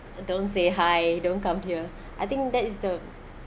don't say hi don't come here I think that is the